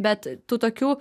bet tu tokių